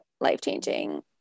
life-changing